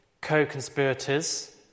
co-conspirators